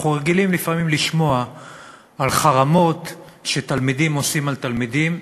אנחנו רגילים לפעמים לשמוע על חרמות שתלמידים עושים על תלמידים,